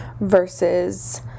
versus